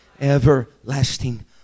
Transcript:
everlasting